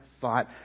thought